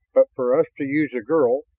but for us to use the girl.